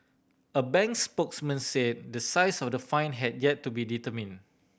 a bank spokesman say the size of the fine had yet to be determine